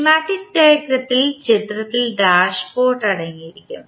schematic ഡയഗ്രാമിൽ ചിത്രത്തിൽ dashpot അടങ്ങിയിരിക്കും